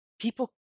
people